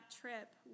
trip